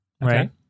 right